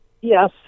Yes